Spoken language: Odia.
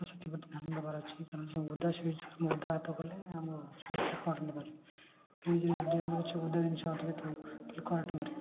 ତ ସେଥିପ୍ରତି ଧ୍ୟାନ ଦେବାର ଅଛି କାରଣ ଓଦା ସୁଇଜ ଆମ ଓଦା ହାତ କଲେ ଆମ ସୁଇଜରୁ କରେଣ୍ଟ ମାରିବ ଫ୍ରିଜ୍ରେ ଯଦି ଆମେ କିଛି ଓଦା ଜିନିଷ ଅଧିକା ଥୋଉ ତାହେଲେ କରେଣ୍ଟ ମାରିବ